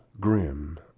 grim